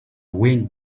wind